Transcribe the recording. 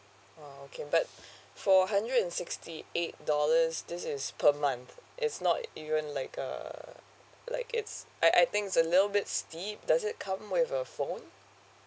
oh okay but for hundred and sixty eight dollars this is per month it's not even like err like it's I I think it's a little bit steep does it come with a phone